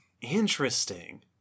Interesting